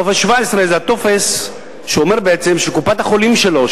טופס 17 זה הטופס שאומר בעצם שקופת-החולים שלו,